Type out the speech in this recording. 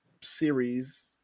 series